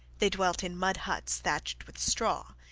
they dwelt in mud huts thatched with straw.